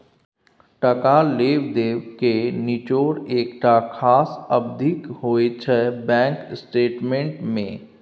टका लेब देब केर निचोड़ एकटा खास अबधीक होइ छै बैंक स्टेटमेंट मे